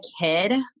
kid